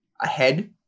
ahead